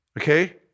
okay